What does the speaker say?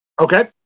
Okay